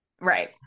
right